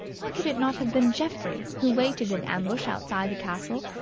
why could it not have been geoffrey who waited in ambush outside the castle,